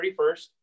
31st